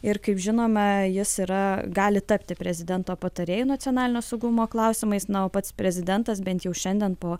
ir kaip žinome jis yra gali tapti prezidento patarėju nacionalinio saugumo klausimais na o pats prezidentas bent jau šiandien po